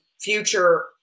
future